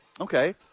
Okay